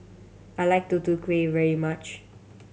I like Tutu Kueh very much